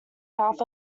south